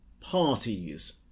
parties